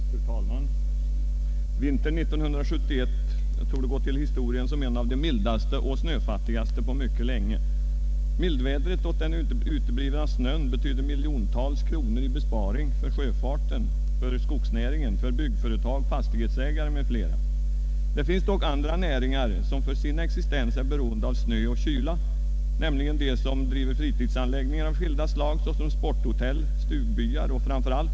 Fru talman! Vintern 1971 torde gå till historien som en av de mildaste och snöfattigaste på mycket länge. Denna omständighet har medfört minskade utgifter för stat och kommun när det gäller kostnader för plogning och bortforsling av snö på vägar och gator, minskning av kostnaderna för sandning och isborttagning på vägarna osv. Mildvädret och den uteblivna snön betyder miljontals kronor i besparing för sjöfarten, för skogsnäringen, byggföretag, fastighetsägare m.fl. Det finns dock andra näringar, som för sin existens är beroende av snö och kyla, nämligen de som driver fritidsanläggningar av skilda slag såsom sporthotell, stugbyar och framför allt skidliftar och andra anordningar för skidsport.